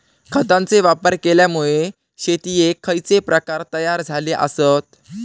खतांचे वापर केल्यामुळे शेतीयेचे खैचे प्रकार तयार झाले आसत?